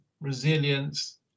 resilience